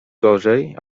gorzej